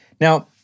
Now